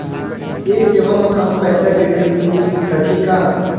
ये सेवा म कम पैसा के ऋण मिल सकही का?